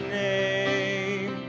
name